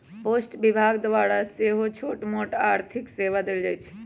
post विभाग द्वारा सेहो छोटमोट आर्थिक सेवा देल जाइ छइ